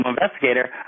investigator